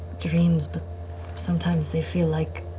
dreams, but sometimes they feel like